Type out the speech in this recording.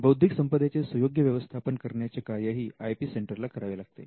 बौद्धिक संपदेचे सुयोग्य व्यवस्थापन करण्याचे कार्यही आय पी सेंटरला करावे लागते